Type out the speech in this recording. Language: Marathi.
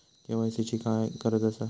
के.वाय.सी ची काय गरज आसा?